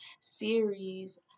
series